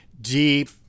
deep